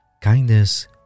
kindness